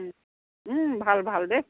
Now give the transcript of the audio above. ভাল ভাল দেই